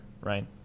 right